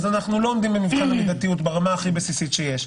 אנחנו לא עומדים במבחן המידתיות ברמה הכי בסיסית שיש.